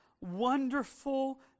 wonderful